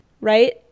right